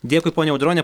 dėkui ponia audrone